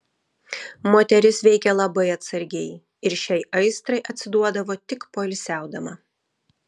moteris veikė labai atsargiai ir šiai aistrai atsiduodavo tik poilsiaudama